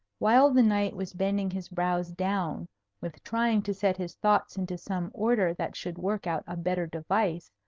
while the knight was bending his brows down with trying to set his thoughts into some order that should work out a better device,